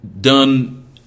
done